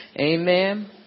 Amen